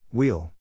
Wheel